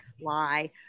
lie